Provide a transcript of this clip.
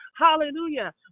Hallelujah